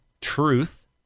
truth